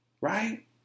right